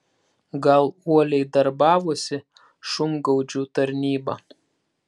gal uoliai darbavosi šungaudžių tarnyba